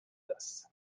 this